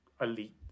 elite